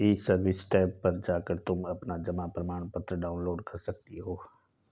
ई service tab पर जाकर तुम अपना जमा प्रमाणपत्र डाउनलोड कर सकती हो